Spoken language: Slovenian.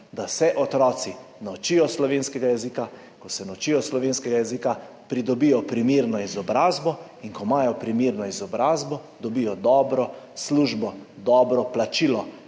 da se otroci naučijo slovenskega jezika. Ko se naučijo slovenskega jezika, pridobijo primerno izobrazbo in ko imajo primerno izobrazbo, dobijo dobro službo, dobro plačilo